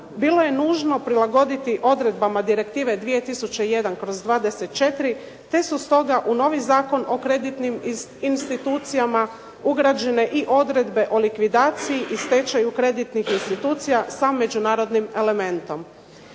bilo je nužno prilagoditi odredbama Direktive 2001/24, te su stoga u novi Zakon o kreditnim institucijama ugrađene i odredbe o likvidaciji i stečaju kreditnih institucijama sa međunarodnim elementom.